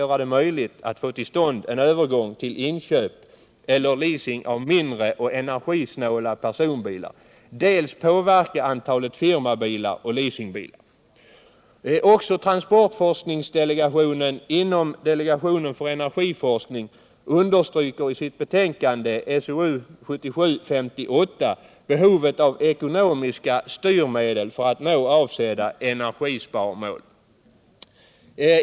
göra det möjligt att få till stånd en övergång till inköp eller leasing av mindre och energisnålare personbilar, dels påverka antalet firmabilar och leasingbilar. Transportforskningsdelegationen inom delegationen för energiforskning understryker också i sitt betänkande SOU 1977:58 behovet av ekonomiska styrmedel för att uppnå avsedda energisparmål.